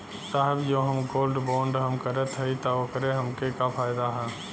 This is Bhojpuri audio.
साहब जो हम गोल्ड बोंड हम करत हई त ओकर हमके का फायदा ह?